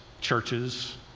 churches